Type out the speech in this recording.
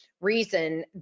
reason